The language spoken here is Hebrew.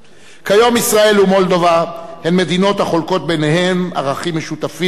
כיום ישראל ומולדובה הן מדינות החולקות ערכים משותפים,